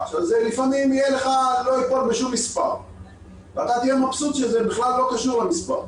לפעמים זה לא ייפול בשום מספר ואתה תהיה מבסוט שזה בכלל לא קשור למספר,